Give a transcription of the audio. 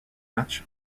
match